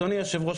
אדוני היושב ראש,